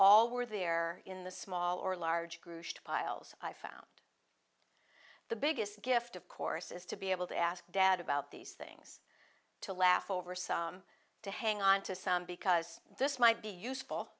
all were there in the small or large group piles i found the biggest gift of course is to be able to ask dad about these things to laugh over some to hang on to some because this might be useful